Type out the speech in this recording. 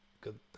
good